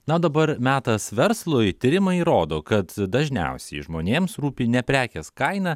na o dabar metas verslui tyrimai rodo kad dažniausiai žmonėms rūpi ne prekės kaina